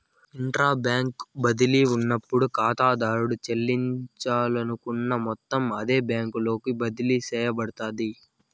intra bank బదిలీ ఉన్నప్పుడు కాతాదారుడు సెల్లించాలనుకున్న మొత్తం అదే బ్యాంకులోకి బదిలీ సేయబడతాది